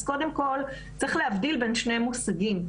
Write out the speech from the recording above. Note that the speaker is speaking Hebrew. אז קודם כל, צריך להבדיל בין שני מושגים: